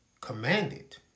commanded